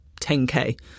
10k